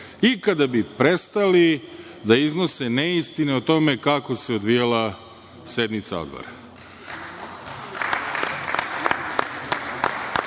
kada bi prestali da iznose neistine o tome kako se odvijala sednica odbora.